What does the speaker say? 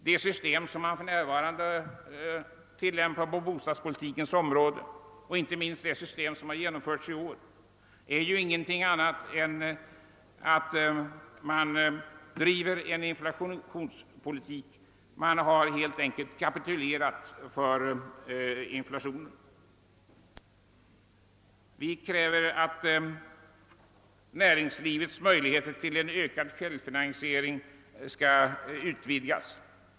Det system som man för närvarande tillämpar på bostadspolitikens område — inte minst det system som har genomförts i år — innebär ingenting annat än att man driver en inflationspolitik. Man har helt enkelt kapitulerat för inflationen. Vi kräver vidare att näringslivets möjligheter till självfinansiering skall utvidgas.